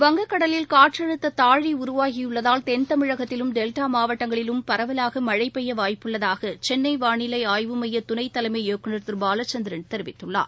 வங்கக்கடலில் காற்றழுத்ததாழிஉருவாகியுள்ளதால் தென்தமிழகத்திலும் டெல்டாமாவட்டங்களிலும் பரவலாகமழைபெய்யவாய்ப்பு உள்ளதாகசென்னைவானிலைஆய்வு மையதுணைத்தலைமை இயக்குநர் திருபாலச்சந்திரன் தெரிவித்துள்ளார்